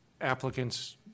applicants